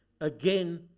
again